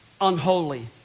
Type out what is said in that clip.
unholy